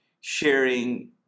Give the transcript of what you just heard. sharing